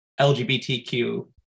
LGBTQ